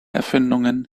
erfindungen